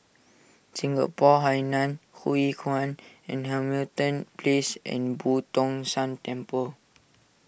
Singapore Hainan Hwee Kuan and Hamilton Place and Boo Tong San Temple